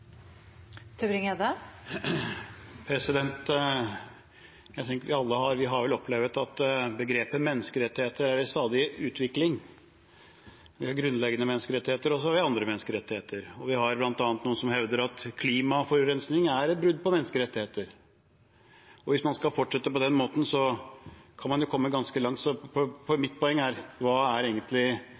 i stadig utvikling. Vi har grunnleggende menneskerettigheter, og så har vi andre menneskerettigheter. Og vi har bl.a. noen som hevder at klimaforurensing er et brudd på menneskerettigheter. Og hvis man skal fortsette på den måten, kan man jo komme ganske langt. Så mitt poeng er: